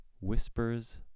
whispers